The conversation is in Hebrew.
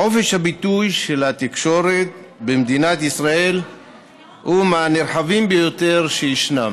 חופש הביטוי של התקשורת במדינת ישראל הוא מהנרחבים ביותר שישנם.